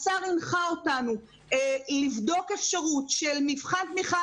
השר הנחה אותנו לבדוק אפשרות של מבחן תמיכה